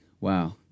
Wow